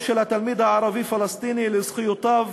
של התלמיד הערבי-פלסטיני לזכויותיו